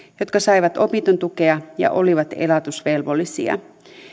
jotka saivat opintotukea ja olivat elatusvelvollisia